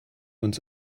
uns